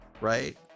right